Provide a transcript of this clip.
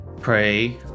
Pray